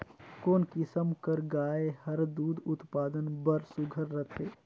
कोन किसम कर गाय हर दूध उत्पादन बर सुघ्घर रथे?